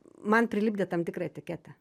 man prilipdė tam tikrą etiketę